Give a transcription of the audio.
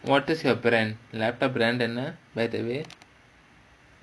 what is your brand laptop brand என்ன:enna by the way